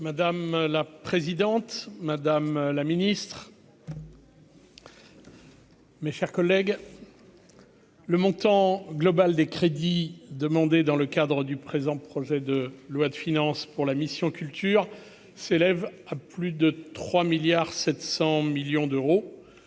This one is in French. Madame la présidente, madame la Ministre. Mes chers collègues. Le montant global des crédits demandés dans le cadre du présent projet de loi de finances pour la mission culture s'élève à plus de 3 milliards 700